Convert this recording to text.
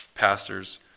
pastors